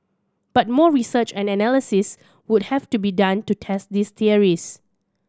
but more research and analysis would have to be done to test these theories